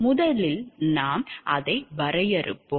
முதலில் நாம் அதை வரையறுப்போம்